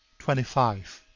twenty five.